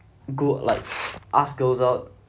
go like ask girls out